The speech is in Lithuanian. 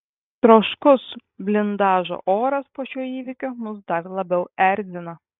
troškus blindažo oras po šio įvykio mus dar labiau erzina